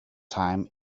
time